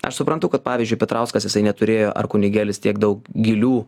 aš suprantu kad pavyzdžiui petrauskas jisai neturėjo ar kunigėlis tiek daug gilių